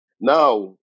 Now